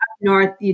North